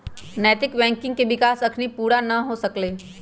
नैतिक बैंकिंग के विकास अखनी पुरा न हो सकलइ ह